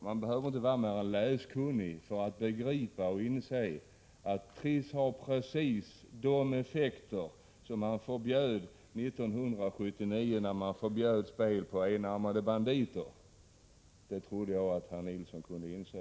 Man behöver inte vara mer än läskunnig för att inse att Trisspelet har precis samma effekter som de enarmade banditerna, vilka förbjöds 1979. Det borde Anders Nilsson inse.